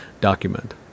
document